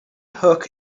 hook